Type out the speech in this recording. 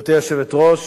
גברתי היושבת-ראש,